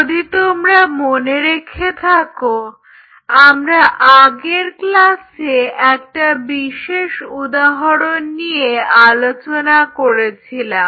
যদি তোমরা মনে রেখে থাকো আমরা আগের ক্লাসে একটা বিশেষ উদাহরণ নিয়ে আলোচনা করেছিলাম